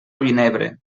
vinebre